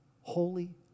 holy